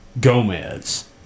Gomez